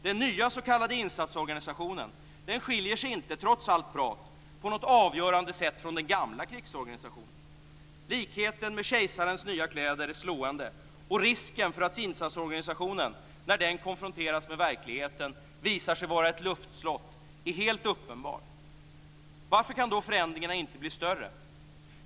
Den nya s.k. insatsorganisationen skiljer sig inte, trots allt prat, på något avgörande sätt från den gamla krigsorganisationen. Likheten med kejsarens nya kläder är slående, och risken för att insatsorganisationen, när den konfronteras med verkligheten, visar sig vara ett luftslott är helt uppenbar. Varför kan då förändringarna inte bli större?